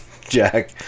Jack